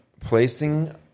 placing